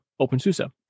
OpenSUSE